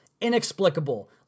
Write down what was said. Inexplicable